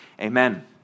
amen